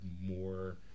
more